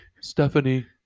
Stephanie